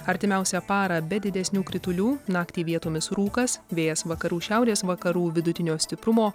artimiausią parą be didesnių kritulių naktį vietomis rūkas vėjas vakarų šiaurės vakarų vidutinio stiprumo